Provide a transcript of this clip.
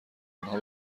آنها